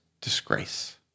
Disgrace